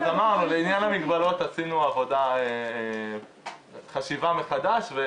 לעניין המגבלות עשינו חשיבה מחדש.